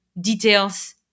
details